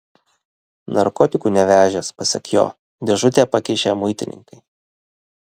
narkotikų nevežęs pasak jo dėžutę pakišę muitininkai